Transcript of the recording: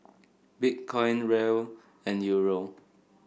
Bitcoin Riel and Euro